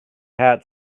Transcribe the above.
hat